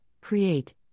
create